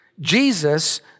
Jesus